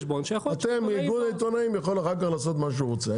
אתם ארגון העיתונאים יכול לעשות אחר כך מה שהוא רוצה,